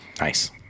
nice